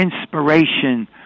inspiration